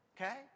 Okay